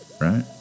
right